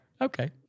Okay